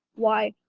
why,